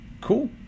Cool